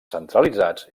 centralitzats